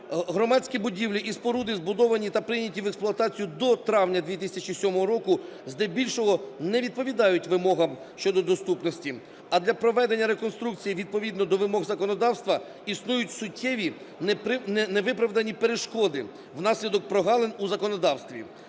громадські будівлі і споруди, збудовані та прийняті в експлуатацію до травня 2007 року, здебільшого не відповідають вимогам щодо доступності, а для проведення реконструкції відповідно до вимог законодавства існують суттєві невиправдані перешкоди внаслідок прогалин у законодавстві.